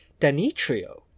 Danitrio